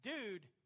Dude